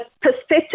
perspective